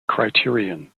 criterion